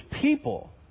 people